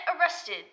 arrested